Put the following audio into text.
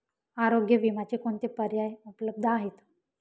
आरोग्य विम्याचे कोणते पर्याय उपलब्ध आहेत?